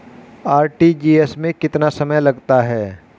RTGS में कितना समय लगता है?